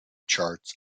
charts